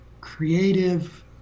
creative